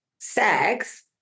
sex